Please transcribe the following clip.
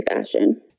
fashion